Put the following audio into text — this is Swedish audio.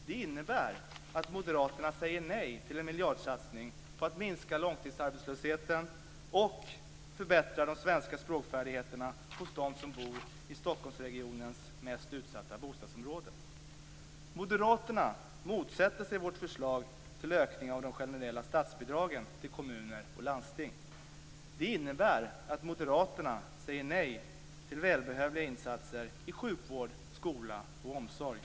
Det innebär att moderaterna säger nej till en miljardsatsning på att minska långtidsarbetslösheten och förbättra färdigheterna i det svenska språket hos dem som bor i Moderaterna motsätter sig vårt förslag om en ökning av de generella statsbidragen till kommuner och landsting. Det innebär att moderaterna säger nej till välbehövliga insatser i sjukvård, skola och omsorg.